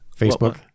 facebook